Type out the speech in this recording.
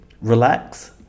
Relax